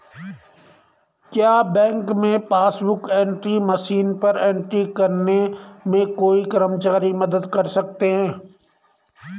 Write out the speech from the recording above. क्या बैंक में passbook book entry machine पर एंट्री करने में कोई कर्मचारी मदद कर सकते हैं?